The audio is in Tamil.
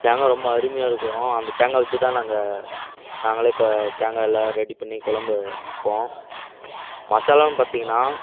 தேங்காய் ரொம்ப அருமையாக இருக்கும் அந்த தேங்காய் வெச்சு தான் நாங்கள் நாங்களே கோ தேங்காய் எல்லாம் ரெடி பண்ணி குழம்பு வைப்போம் மசாலாவும் பார்த்திங்கனா